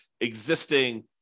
existing